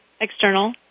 external